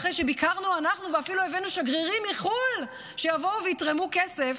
ואחרי שביקרנו אנחנו ואפילו הבאנו שגרירים מחו"ל שיבואו ויתרמו כסף,